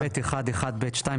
סעיף 1(ב1)(1)(ב)(2),